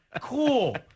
Cool